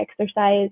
exercise